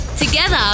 Together